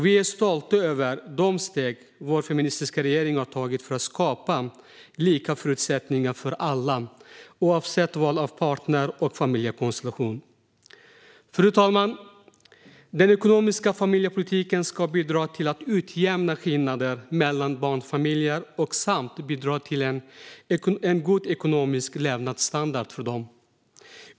Vi är stolta över de steg som vår feministiska regering har tagit för att skapa lika förutsättningar för alla, oavsett val av partner och familjekonstellation. Fru talman! Den ekonomiska familjepolitiken ska bidra till att utjämna skillnader mellan barnfamiljer samt bidra till en god ekonomisk levnadsstandard för dem.